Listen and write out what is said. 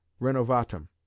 renovatum